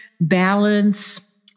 balance